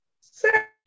Sir